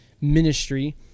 ministry